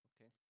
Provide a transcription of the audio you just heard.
Okay